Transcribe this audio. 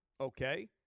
okay